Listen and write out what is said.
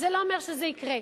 זה לא אומר שזה יקרה.